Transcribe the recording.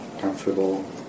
comfortable